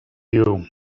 you